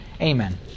Amen